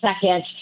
second